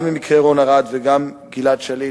גם ממקרה רון ארד וגם ממקרה גלעד שליט,